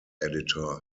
editor